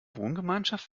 wohngemeinschaft